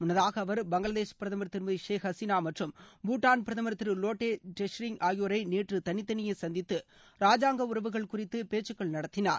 முன்னதாக அவர் பங்களாதேஷ் பிரதமர் திருமதி ஷேக் ஹசீனா மற்றும் பூட்டான் பிரதமர் திரு லடாய் டெஸ்ரிங் ஆகியோரை நேற்று தனித்தனியே சந்தித்து ராஜாங்க உறவுகள் குறித்து பேச்சுக்கள் நடத்தினார்